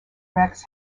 rex